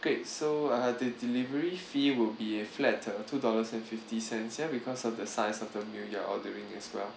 great so uh the delivery fee will be flat uh two dollars and fifty cents ya because of the size of the new year ordering as well